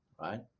right